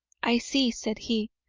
i see, said he,